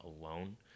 alone